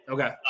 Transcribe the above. Okay